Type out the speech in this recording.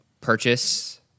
purchase